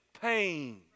pain